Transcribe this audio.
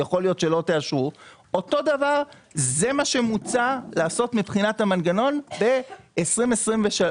זה גם מה שמוצע לעשות מבחינת המנגנון בסוף